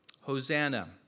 Hosanna